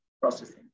processing